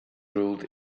ruled